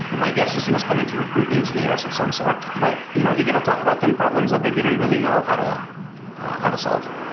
ah my guess is he was coming to recruit engineers of some sort, but you know he gave a talk about ten problems that they didn't really know how to how to solve.